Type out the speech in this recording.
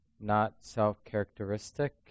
not-self-characteristic